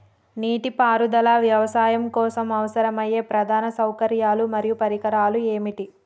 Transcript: నీటిపారుదల వ్యవసాయం కోసం అవసరమయ్యే ప్రధాన సౌకర్యాలు మరియు పరికరాలు ఏమిటి?